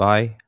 Bye